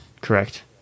correct